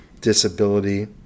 disability